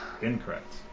Incorrect